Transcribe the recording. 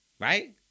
Right